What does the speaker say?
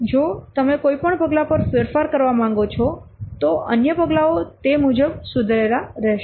જો તમે કોઈપણ પગલા પર કોઈ ફેરફાર કરવા માંગો છો તો અન્ય પગલાઓ તે મુજબ સુધારેલા રહેશે